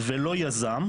ולא יזם,